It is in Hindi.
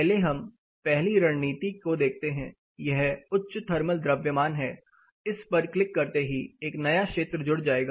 पहले हम पहली रणनीति को देखते हैं यह उच्च थर्मल द्रव्यमान है इस पर क्लिक करते ही एक नया क्षेत्र जुड़ जाएगा